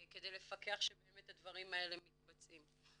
כדי לפקח שבאמת הדברים האלה מתבצעים.